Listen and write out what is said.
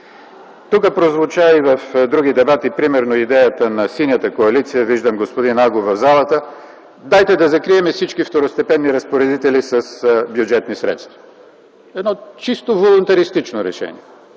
Тук прозвуча и в други дебати, примерно, идеята на Синята коалиция, виждам господин Агов в залата, дайте да закрием всички второстепенни разпоредители с бюджетни средства – едно чисто волунтаристично решение,